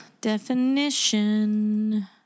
Definition